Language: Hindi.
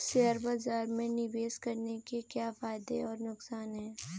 शेयर बाज़ार में निवेश करने के क्या फायदे और नुकसान हैं?